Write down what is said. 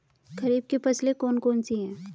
खरीफ की फसलें कौन कौन सी हैं?